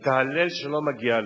את ההלל שלא מגיע לו,